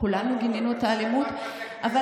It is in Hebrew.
כולנו גינינו את האלימות, את שרפת בתי הכנסת.